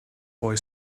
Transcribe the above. boy